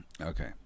Okay